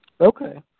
Okay